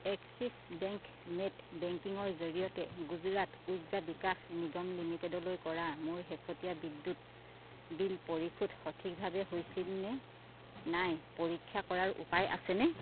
axis bank net banking ৰ জৰিয়তে গুজৰাট উৰ্জা বিকাশ নিগম লিমিটেডলৈ কৰা মোৰ শেহতীয়া বিদ্যুৎ বিল পৰিশোধ সঠিকভাৱে হৈছিল নে নাই পৰীক্ষা কৰাৰ উপায় আছেনে